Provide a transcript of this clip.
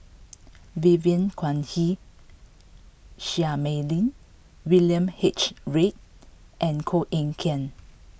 Vivien Quahe Seah Mei Lin William H Read and Koh Eng Kian